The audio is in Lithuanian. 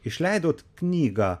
išleidote knygą